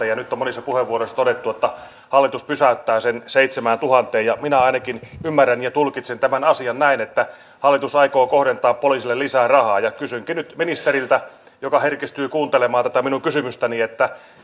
ja nyt on monissa puheenvuoroissa todettu että hallitus pysäyttää sen seitsemääntuhanteen minä ainakin ymmärrän ja tulkitsen tämän asian näin että hallitus aikoo kohdentaa poliisille lisää rahaa kysynkin nyt ministeriltä joka herkistyy kuuntelemaan tätä minun kysymystäni